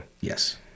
yes